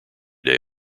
day